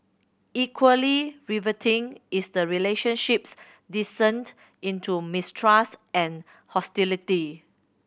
equally riveting is the relationship's descent into mistrust and hostility